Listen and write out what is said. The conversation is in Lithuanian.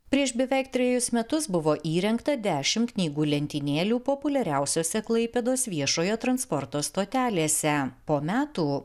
prieš beveik trejus metus buvo įrengta dešimt knygų lentynėlių populiariausiose klaipėdos viešojo transporto stotelėse po metų